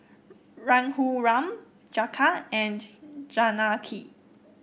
Raghuram Jagat and Janaki